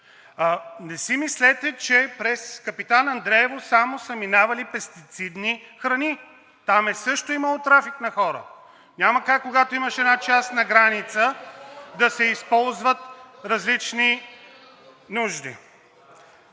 Не си мислете, че през Капитан Андреево само са минавали пестицидни храни. Там също е имало трафик на хора. Няма как когато имаш една частна граница да се използват различни нужди.